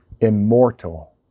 immortal